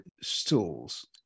stools